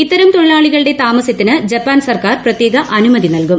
ഇത്തരം തൊഴിലാളികളുടെ താമസത്തിന് ജപ്പാൻ സർക്കാർ പ്രത്യേക അനുമതി നൽകും